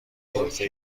حرفه